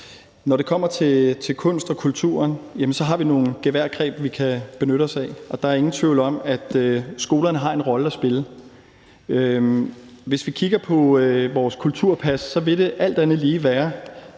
Når det kommer til kunst og kultur, har vi nogle greb, vi kan benytte os af, og der er ingen tvivl om, at skolerne har en rolle at spille. Hvis vi kigger på vores kulturpas, vil det alt andet lige være